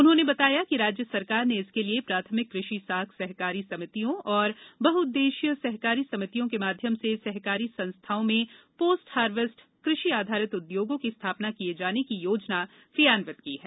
उन्होंने बताया कि राज्य सरकार ने इसके लिये प्राथमिक कृषि साख सहकारी समितियों और बहउददेश्यीय सहकारी समितियों के माध्यम से सहकारी संस्थाओं में पोस्ट हार्वेस्ट कृषि आधारित उदयोगों की स्थापना किये जाने की योजना क्रियान्वित की है